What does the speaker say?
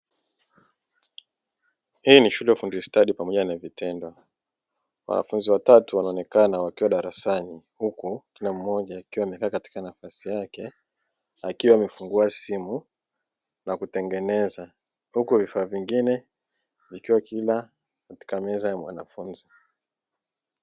Hii ni shule ya ufundi stadi pamoja na vitendo wanafunzi watatu wanaonekana wakiwa darasani, huku kila mmoja akiwa amekaa katika nafasi yake akiwa amefungua simu na kutengeneza, huku vifaa vingine vikiwa kila katika meza ya mwanafunzi.